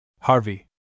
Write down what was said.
Harvey